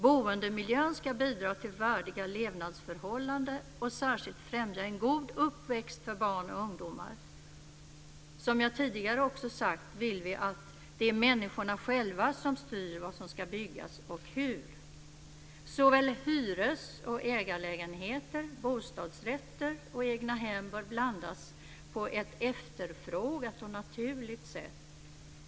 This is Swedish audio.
Boendemiljön ska bidra till värdiga levnadsförhållanden och särskilt främja en god uppväxt för barn och ungdomar. Som jag tidigare också har sagt vill vi att det är människorna själva som styr vad som ska byggas och hur. Såväl hyres som ägarlägenheter, bostadsrätter och egnahem bör blandas på ett efterfrågat och naturligt sätt.